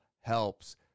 helps